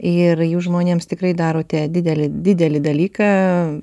ir jūs žmonėms tikrai darote didelį didelį dalyką